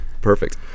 Perfect